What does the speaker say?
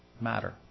matter